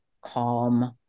calm